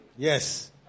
Yes